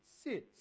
sits